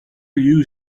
you